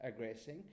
aggressing